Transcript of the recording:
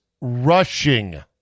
rushing